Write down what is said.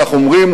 כך אומרים,